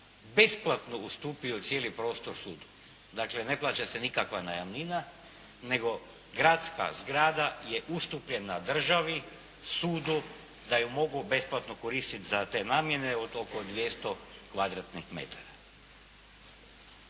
besplatno ustupio cijeli prostor sudu, dakle, ne plaća se nikakva najamnina, nego gradska zgrada je ustupljena državi, sudu, da je mogu besplatno koristiti za te namjene, to oko 200 kvadratnih metara.